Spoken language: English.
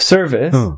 Service